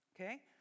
Okay